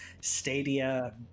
Stadia